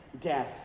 death